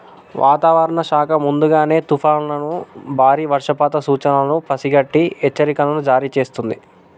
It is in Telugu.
వాతావరణ శాఖ ముందుగానే తుఫానులను బారి వర్షపాత సూచనలను పసిగట్టి హెచ్చరికలను జారీ చేస్తుంది